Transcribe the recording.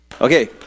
Okay